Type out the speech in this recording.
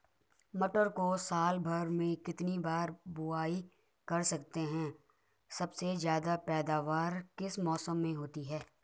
मटर को साल भर में कितनी बार बुआई कर सकते हैं सबसे ज़्यादा पैदावार किस मौसम में होती है?